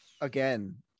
again